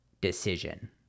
decision